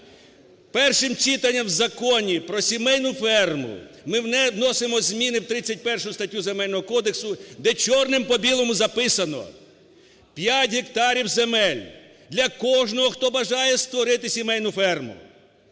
Першим читанням в Законі про сімейну ферму ми вносимо зміни в 31-у статтю Земельного кодексу, де чорним по білому записано: 5 гектарів земель для кожного, хто бажає створити сімейну ферму.